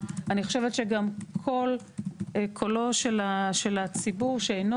אני חושבת שגם כל קולו של הציבור שאינו